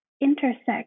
intersect